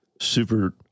super